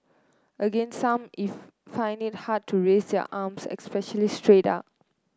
again some if find it hard to raise their arms especially straight up